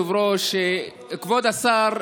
חברת הכנסת גולן.